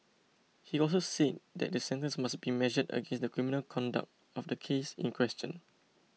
he also said that the sentence must be measured against the criminal conduct of the case in question